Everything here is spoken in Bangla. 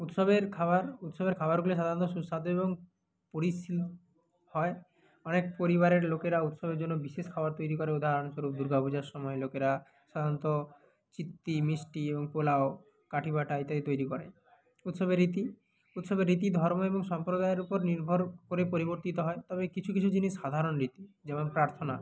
উৎসবের খাবার উৎসবের খাবারগুলি সাধারণত সুস্বাদু এবং পরিসিন হয় অনেক পরিবারের লোকেরা উৎসবের জন্য বিশেষ খাবার তৈরি করে উদাহরণস্বরূপ দুর্গা পুজোর সময় লোকেরা সাধারণত চিত্তি মিষ্টি এবং পোলাও কাঠিবাটা ইত্যাদি তৈরি করে উৎসবের রীতি উৎসবের রীতি ধর্ম এবং সম্প্রদায়ের উপর নির্ভর করে পরিবর্তিত হয় তবে কিছু কিছু জিনিস সাধারণ নীতি যেমন প্রার্থনা